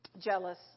jealous